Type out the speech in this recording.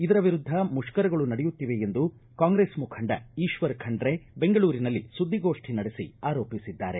ಇದರ ವಿರುದ್ಧ ಮುಷ್ಕರಗಳು ನಡೆಯುತ್ತಿವೆ ಎಂದು ಕಾಂಗ್ರೆಸ್ ಮುಖಂಡ ಈಕ್ವರ ಖಂಡ್ರೆ ಬೆಂಗಳೂರಿನಲ್ಲಿ ಸುದ್ದಿಗೋಷ್ಠಿ ನಡೆಸಿ ಆರೋಪಿಸಿದ್ದಾರೆ